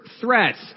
threats